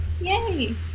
Yay